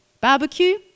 barbecue